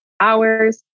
hours